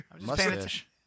Mustache